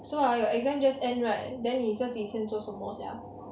so ah your exam just end right then 你这几天做什么 sia